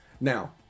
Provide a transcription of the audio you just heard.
Now